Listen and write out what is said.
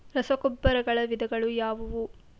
ರಸಗೊಬ್ಬರಗಳ ವಿಧಗಳು ಯಾವುವು?